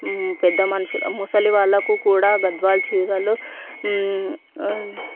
పెద్ద మనుషుల ముసలివాళ్ళకు కూడా గద్వాల్ చీరలు